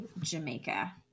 Jamaica